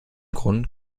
grund